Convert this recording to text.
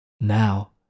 Now